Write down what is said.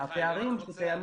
אלינו.